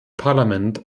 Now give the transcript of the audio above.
parlament